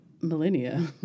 millennia